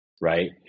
right